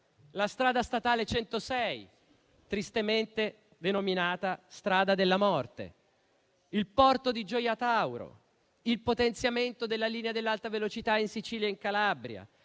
la strada statale 106, tristemente denominata strada della morte, il porto di Gioia Tauro, il potenziamento della linea dell'alta velocità in Sicilia e in Calabria,